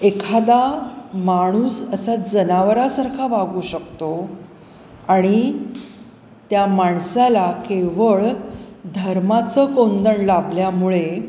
एखादा माणूस असा जनावरासारखा वागू शकतो आणि त्या माणसाला केवळ धर्माचं कोंदण लाभल्यामुळे